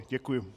Děkuji.